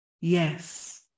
yes